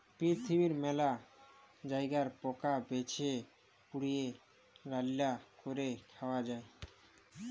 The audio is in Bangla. পিরথিবীর মেলা জায়গায় পকা ভেজে, পুড়িয়ে, রাল্যা ক্যরে খায়া হ্যয়ে